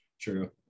true